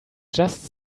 just